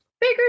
bigger